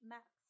Max